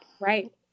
Right